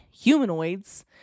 humanoids